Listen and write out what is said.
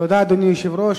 תודה, אדוני היושב-ראש.